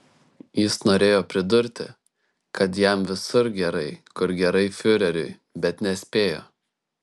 jis norėjo pridurti kad jam visur gerai kur gerai fiureriui bet nespėjo